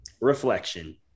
Reflection